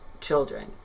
children